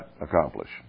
accomplish